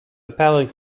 appalling